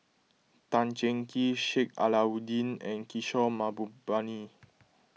Tan Cheng Kee Sheik Alau'ddin and Kishore Mahbubani